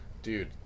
dude